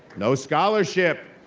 no scholarship,